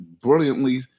brilliantly